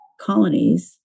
colonies